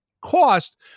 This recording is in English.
cost